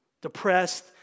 depressed